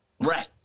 Right